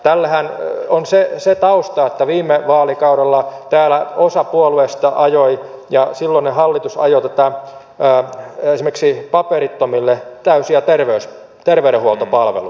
tällehän on se tausta että viime vaalikaudella täällä osa puolueista ja silloinen hallitus ajoi esimerkiksi paperittomille täysiä terveydenhuoltopalveluita